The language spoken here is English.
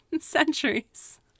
centuries